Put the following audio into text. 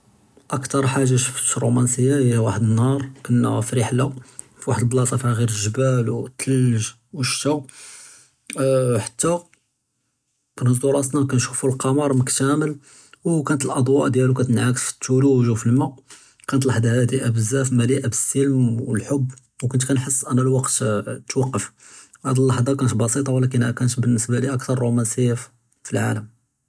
אַקְתַר חַאגָ'ה שִפְת פְרוֹמַנְסִיָה הִי וַחַד נְהַאר כֻּנָּא פִי רִחְלָה פִי וַחַד בְּלַאסָה פִיהּ גִ'ר אֶלְגְ'בַּאל וְתַלַג וְאֶשְּׁתָא וְחַתִּי נְהְזוּ רַאסְנָא כַּנְשּׁוּפוּ אֶלְקַמַר מֻכְתַּמֵל וְקָאנַת אֶלְאְדְווַاء דְיַאלו קַתְנְעַאכְס פַאלְתַלַאג' וְפַלְמַאא קָאנַת לַחْظַה הַדִּיעָה בְּזַאף מְלִיאָה בַּסְלָם וְהַחַי וְכֻנְת כַּנְחֵס אֲנוּ אֶלְוַקְת תַוַקַّף, הַד לַחْצַה קָאנַת בְּסִيطָה וְלָקִין בְּנִסְבָּה לִיָּא קָאנַת אַקְתַר רוֹמַנְסִיָה פִי אֶלְעָלַם.